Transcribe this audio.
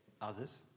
others